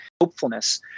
hopefulness